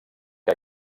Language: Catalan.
que